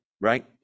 right